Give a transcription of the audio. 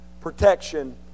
protection